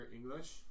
English